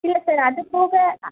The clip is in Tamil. இல்லை சார் அது போக